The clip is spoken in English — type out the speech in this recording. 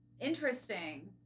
Interesting